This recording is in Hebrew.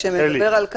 הכבוד,